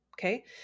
Okay